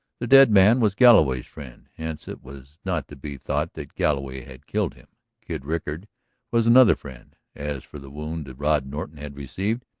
the dead man was galloway's friend, hence it was not to be thought that galloway had killed him. kid rickard was another friend. as for the wound rod norton had received,